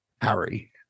Harry